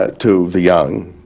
ah to the young